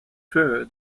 fir